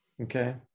Okay